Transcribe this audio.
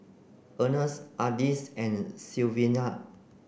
Ernst Ardis and Sylvania